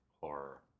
horror